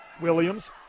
Williams